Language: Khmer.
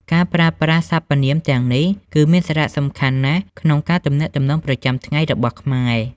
ការប្រើប្រាស់សព្វនាមទាំងនេះគឺមានសារៈសំខាន់ណាស់ក្នុងការទំនាក់ទំនងប្រចាំថ្ងៃរបស់ខ្មែរ។